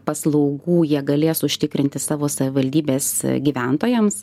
paslaugų jie galės užtikrinti savo savivaldybės gyventojams